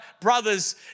brothers